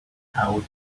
how